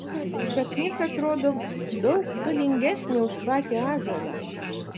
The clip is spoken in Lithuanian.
šaknis atrodo daug galingesnė už patį ąžuolą